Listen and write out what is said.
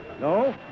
No